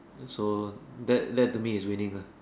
so that that to me is winning lah